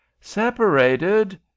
Separated